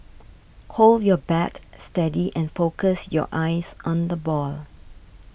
hold your bat steady and focus your eyes on the ball